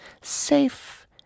safe